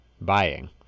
buying